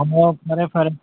ꯊꯝꯃꯣ ꯐꯔꯦ ꯐꯔꯦ